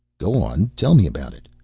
go on tell me about it.